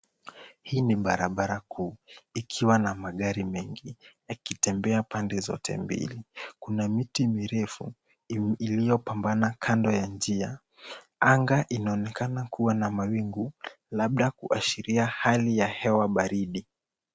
Hii ni barabara kuu ikiwa na magari mengi yakitembea pande zote mbili. Kuna miti mirefu iliyo pambana kando ya njia. Anga inaonekana kuwa na mawingu, labda kuashiria hali ya hewa baridi.